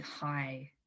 high